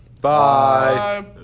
Bye